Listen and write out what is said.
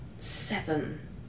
seven